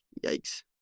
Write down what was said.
yikes